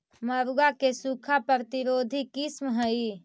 मड़ुआ के सूखा प्रतिरोधी किस्म हई?